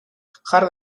jar